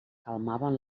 calmaven